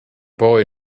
boy